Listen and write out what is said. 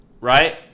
Right